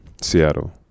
Seattle